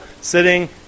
sitting